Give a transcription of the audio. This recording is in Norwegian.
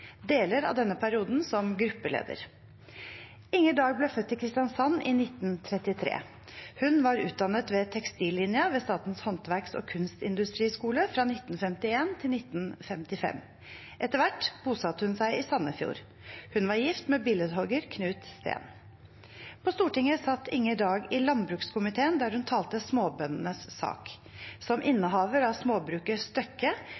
deler av denne perioden som gruppeleder. Inger Dag ble født i Kristiansand i 1933. Hun var utdannet ved tekstillinjen ved Statens håndverks- og kunstindustriskole fra 1951 til 1955. Etter hvert bosatte hun seg i Sandefjord. Hun var gift med billedhogger Knut Steen. På Stortinget satt Inger Dag i landbrukskomiteen, der hun talte småbøndenes sak. Som